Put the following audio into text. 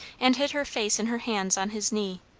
and hid her face in her hands on his knee.